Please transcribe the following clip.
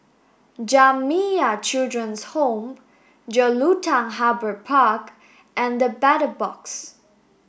Jamiyah Children's Home Jelutung Harbour Park and The Battle Box